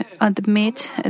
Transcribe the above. admit